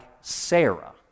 Sarah